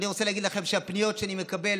ואני רוצה להגיד לכם שהפניות שאני מקבל